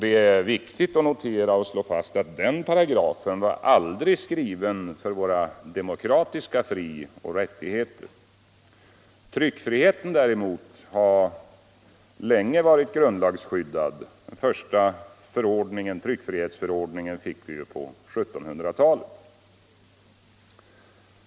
Det är viktigt att notera och slå fast att den paragrafen aldrig var skriven för våra demokratiska frioch rättigheter. Tryckfriheten däremot har länge varit grundlagsskyddad. Den första tryckfrihetsförordningen fick vi på 1700-talet.